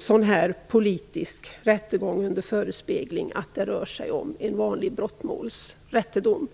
sådan politisk rättegång under förespegling att den rör sig om en vanlig brottmålsrättegång.